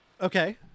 Okay